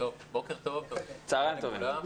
בוקר טוב לכולם.